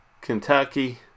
Kentucky